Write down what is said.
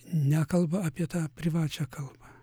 nekalba apie tą privačią kalbą